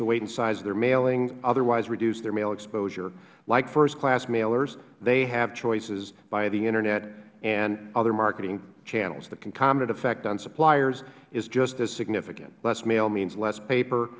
the weight and size of their mailing otherwise reduce their mail exposure like first class mailers they have choices via the internet and other marketing channels the concomitant effect on suppliers is just as significant less mail means less paper